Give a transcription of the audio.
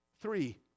Three